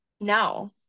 No